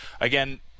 again